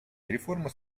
реформа